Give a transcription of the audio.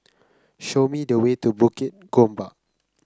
show me the way to Bukit Gombak